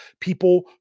people